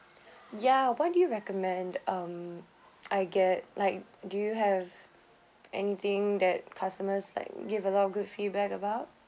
ya what do you recommend um I get like do you have anything that customers like give a lot of good feedback about